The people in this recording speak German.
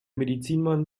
medizinmann